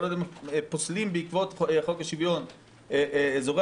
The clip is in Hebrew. כל עוד הם פוסלים בעקבות חוק השוויון אזורי